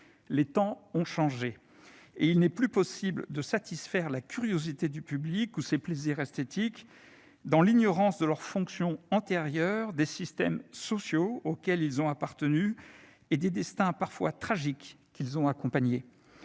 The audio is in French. Les temps ont changé, et il n'est plus possible de satisfaire la curiosité du public ou ses plaisirs esthétiques dans l'ignorance de leurs fonctions antérieures, des systèmes sociaux auxquels ils ont appartenu et des destins parfois tragiques qu'ils ont accompagnés.